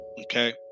okay